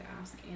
ask